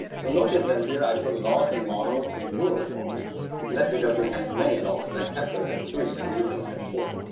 so notice that here i put laws and models in plural forms and that's because you can have many laws like kepler had three and newton had four